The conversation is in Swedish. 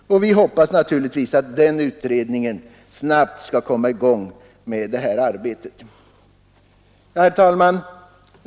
Vi hoppas naturligtvis att den utredningen snabbt skall komma i gång med arbetet. Herr talman!